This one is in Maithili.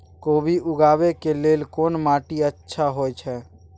कोबी उगाबै के लेल कोन माटी अच्छा होय है?